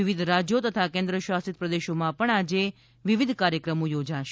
વિવિધ રાજ્યો તથા કેન્દ્રશાસિત પ્રદેશોમાં પણ આજે વિવિધ કાર્યક્રમો યોજાશે